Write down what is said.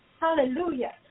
Hallelujah